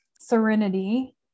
Serenity